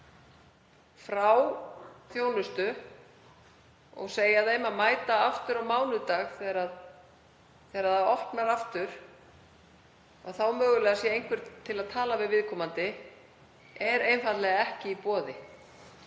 frá þjónustu og segja því að mæta aftur á mánudag þegar opnað er aftur, og mögulega sé einhver þá til að tala við viðkomandi, er einfaldlega ekki í boði.